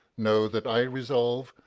know that i resolve,